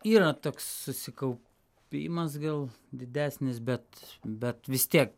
yra toks susikau pimas gal didesnis bet bet vis tiek